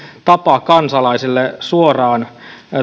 tapa kansalaisille suoraan